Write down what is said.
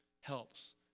helps